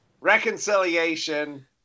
Reconciliation